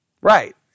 Right